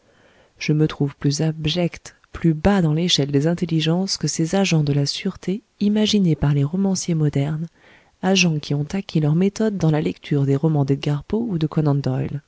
je me trouve plus abject plus bas dans l'échelle des intelligences que ces agents de la sûreté imaginés par les romanciers modernes agents qui ont acquis leur méthode dans la lecture des romans d'edgar poe ou de